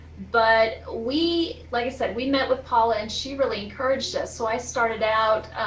but we, like i said, we met with paul and she really encouraged us. so i started out